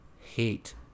hate